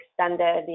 extended